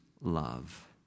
love